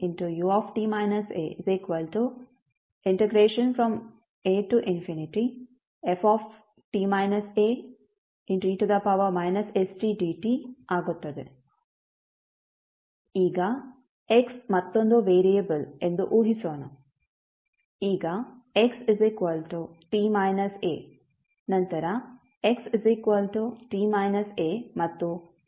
ಈಗ x ಮತ್ತೊಂದು variable ಎಂದು ಊಹಿಸೋಣ ಈಗ x t − a ನಂತರ x t − a ಮತ್ತು t xa ಆಗಿರಲಿ